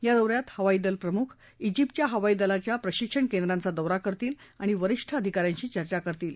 या दौऱ्यात हवाई दल प्रमुख ाजिप्तच्या हवाई दलाच्या प्रशिक्षण केंद्रांचा दौरा करतील आणि वरीष्ठ अधिकाऱ्यांशी चर्चा करतील